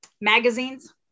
magazines